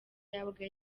yabaga